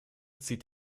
zieht